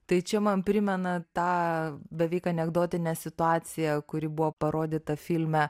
tai čia man primena tą beveik anekdotinę situaciją kuri buvo parodyta filme